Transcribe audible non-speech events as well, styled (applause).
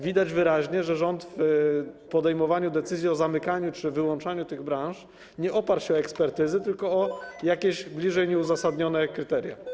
Widać wyraźnie, że rząd w podejmowaniu decyzji o zamykaniu czy wyłączaniu tych branż nie oparł się na ekspertyzach, tylko (noise) jakichś bliżej nieuzasadnionych kryteriach.